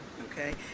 Okay